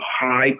high